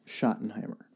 Schottenheimer